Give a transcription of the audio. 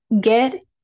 get